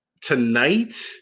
tonight